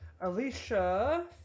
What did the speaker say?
Alicia